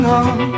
on